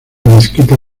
mezquita